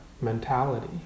mentality